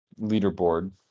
leaderboard